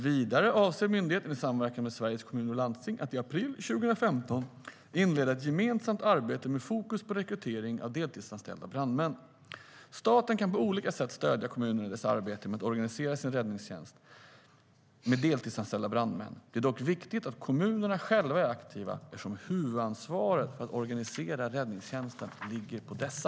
Vidare avser myndigheten i samverkan med Sveriges Kommuner och Landsting att i april 2015 inleda ett gemensamt arbete med fokus på rekrytering av deltidsanställda brandmän. Staten kan på olika sätt stödja kommunerna i deras arbete med att organisera sin räddningstjänst med deltidsanställda brandmän. Det är dock viktigt att kommunerna själva är aktiva eftersom huvudansvaret för att organisera räddningstjänsten ligger på dessa.